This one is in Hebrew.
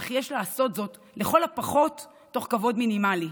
אך יש לעשות זאת לכל הפחות תוך כבוד מינימלי.